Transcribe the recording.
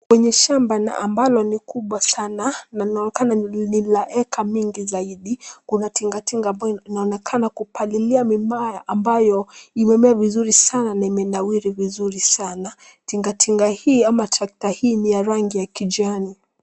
Kwenye shamba na ambalo ni kubwa sana na inaonekana ni la acre mingi zaidi, kuna tinga tinga ambayo inaonekana kupalilia mimea ambayo imemea vizuri sana na imenawiri vizuri sana. Tinga tinga hii ama trakta hii ni ya rangi ya kijani.